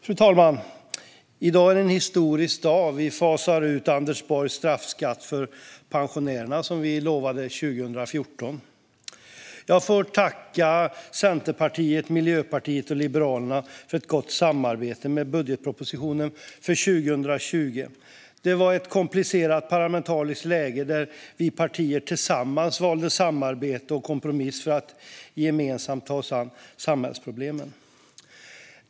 Fru talman! I dag är det en historisk dag. Vi fasar ut Anders Borgs straffskatt på pensionärerna, som vi lovade 2014. Jag får tacka Centerpartiet, Miljöpartiet och Liberalerna för ett gott samarbete med budgetpropositionen för 2020. Det var i ett komplicerat parlamentariskt läge som vi partier tillsammans valde samarbete och kompromiss för att gemensamt ta oss an samhällsproblemen.